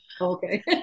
Okay